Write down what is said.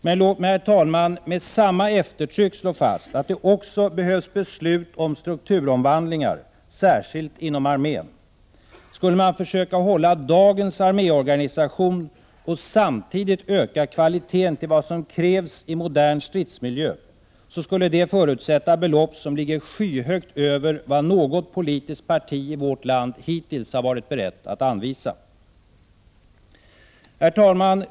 Låt mig, herr talman, med samma eftertryck slå fast att det också behövs beslut om strukturomvandlingar, särskilt inom armén. Skulle man försöka behålla dagens arméorganisation och samtidigt öka kvaliteten till vad som krävs i modern stridsmiljö skulle det förutsätta belopp som ligger skyhögt över vad något politiskt parti i vårt land hittills har varit berett att anvisa. Herr talman!